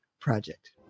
Project